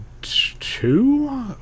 Two